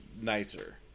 nicer